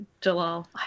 jalal